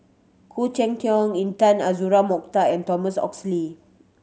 Khoo Cheng Tiong Intan Azura Mokhtar and Thomas Oxley